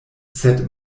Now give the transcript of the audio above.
sed